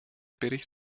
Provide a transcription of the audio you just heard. bericht